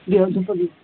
ଦିଅ ଧୂପ ଦିଅ